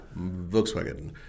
Volkswagen